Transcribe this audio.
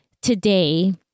today